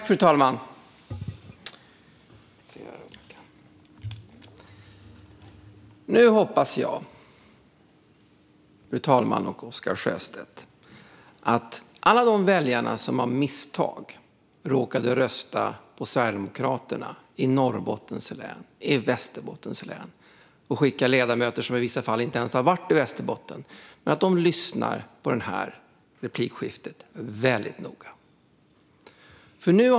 Fru talman och Oscar Sjöstedt! Nu hoppas jag att alla de väljare som av misstag råkade rösta på Sverigedemokraterna i Norrbottens län och Västerbottens län - där det valdes in ledamöter som i vissa fall inte ens varit i Västerbotten - lyssnar på det här replikskiftet väldigt noga.